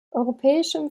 europäischem